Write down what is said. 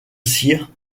cire